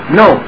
no